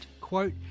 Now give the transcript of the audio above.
quote